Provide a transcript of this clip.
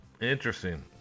interesting